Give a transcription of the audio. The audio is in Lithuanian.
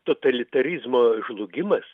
totalitarizmo žlugimas